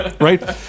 right